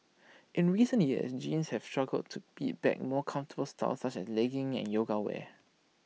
in recent years jeans have struggled to beat back more comfortable styles such as leggings and yoga wear